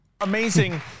amazing